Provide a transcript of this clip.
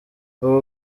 ubu